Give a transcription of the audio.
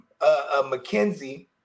McKenzie